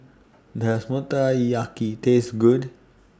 Does Motoyaki Taste Good